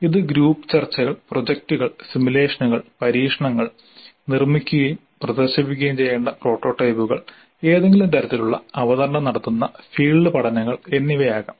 ഇത് ഗ്രൂപ്പ് ചർച്ചകൾ പ്രോജക്ടുകൾ സിമുലേഷനുകൾ പരീക്ഷണങ്ങൾ നിർമ്മിക്കുകയും പ്രദർശിപ്പിക്കുകയും ചെയ്യേണ്ട പ്രോട്ടോടൈപ്പുകൾ ഏതെങ്കിലും തരത്തിലുള്ള അവതരണം നടത്തുന്ന ഫീൽഡ് പഠനങ്ങൾ എന്നിവ ആകാം